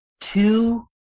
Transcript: two